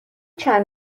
چند